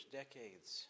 decades